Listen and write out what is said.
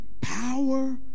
power